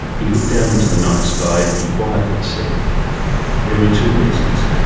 he looked out into the night sky and he quietly said there are two reasons.